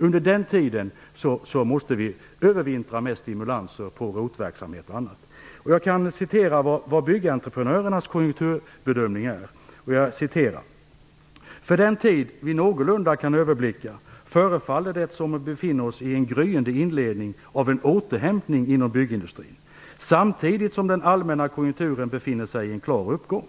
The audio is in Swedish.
Under den tid det tar måste vi övervintra med stimulanser av Jag kan citera ur Byggentreprenörernas konjunkturbedömning: "För den tid vi någorlunda kan överblicka förefaller det som om vi befinner oss i en gryende inledning av en återhämtning inom byggindustrin, samtidigt som den allmänna konjunkturen befinner sig i en klar uppgång.